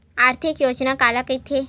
आर्थिक योजना काला कइथे?